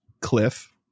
cliff